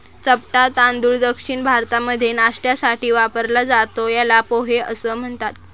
चपटा तांदूळ दक्षिण भारतामध्ये नाष्ट्यासाठी वापरला जातो, याला पोहे असं म्हणतात